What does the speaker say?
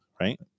right